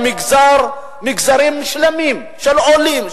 מגזרים שלמים של עולים,